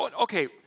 Okay